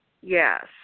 yes